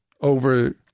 over